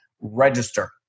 register